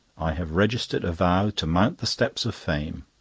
i have registered a vow to mount the steps of fame.